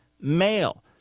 male